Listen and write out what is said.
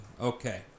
Okay